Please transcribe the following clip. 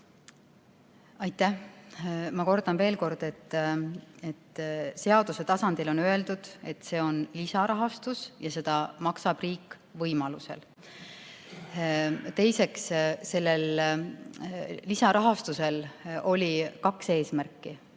Aitäh! Ma kordan veel kord, et seaduse tasandil on öeldud, et see on lisarahastus ja seda maksab riik võimaluse korral. Teiseks, sellel lisarahastusel oli kaks eesmärki: